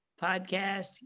podcast